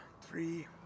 three